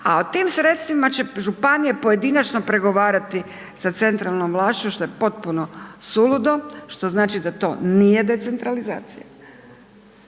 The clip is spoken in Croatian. a o tim sredstvima će županije pojedinačno pregovarati sa centralnom vlašću, što je potpuno suludo, što znači da to nije decentralizacija.